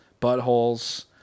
buttholes